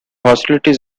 hostilities